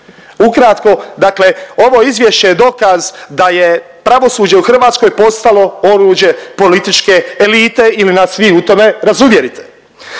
Ukratko, dakle ovo izvješće je dokaz da je pravosuđe u Hrvatskoj postalo oruđe političke elite ili nas vi u tome razuvjerite.